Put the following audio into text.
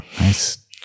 Nice